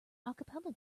capella